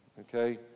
Okay